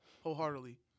wholeheartedly